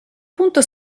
punto